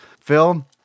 Phil